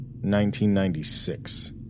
1996